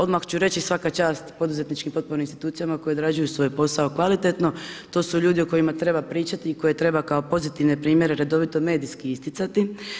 Odmah ću reći, svaka čast i poduzetničkim potpornim institucijama koje odrađuju svoj posao kvalitetno, to su ljudi o kojim treba pričati i koje treba kao pozitivne primjere redovito medijski isticati.